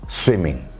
swimming